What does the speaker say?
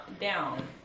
down